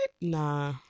Nah